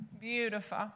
Beautiful